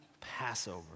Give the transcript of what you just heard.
Passover